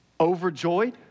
Overjoyed